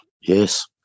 yes